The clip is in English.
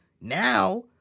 now